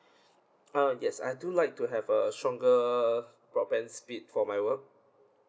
uh yes I do like to have a stronger broadband speed for my work